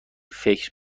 فکر